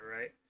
right